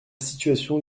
situation